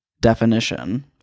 definition